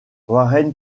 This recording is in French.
warren